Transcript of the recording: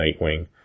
Nightwing